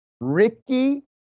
Ricky